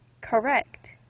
correct